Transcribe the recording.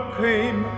came